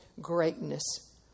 greatness